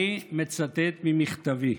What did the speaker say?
אני מצטט ממכתבי: